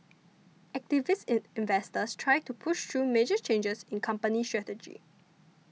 activist investors try to push through major changes in company strategy